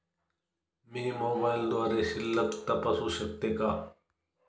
मी मोबाइलद्वारे शिल्लक तपासू शकते का?